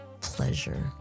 Pleasure